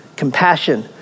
Compassion